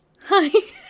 Hi